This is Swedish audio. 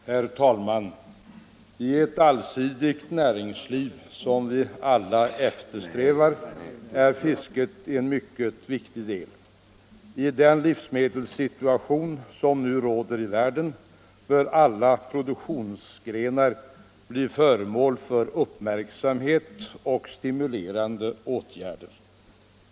Herr talman! I ett allsidigt näringsliv, som vi alla eftersträvar, är fisket en mycket viktig del. I den livsmedelssituation som nu råder i världen bör alla produktionsgrenar bli föremål för uppmärksamhet och stimulerande åtgärder.